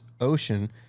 ocean